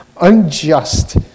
Unjust